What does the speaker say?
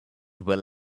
will